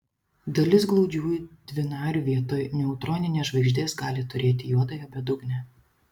dalis glaudžiųjų dvinarių vietoj neutroninės žvaigždės gali turėti juodąją bedugnę